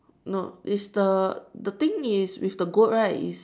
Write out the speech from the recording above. no is the the thing is with the goat right